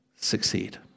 Succeed